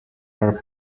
are